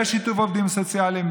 בשיתוף עובדים סוציאליים,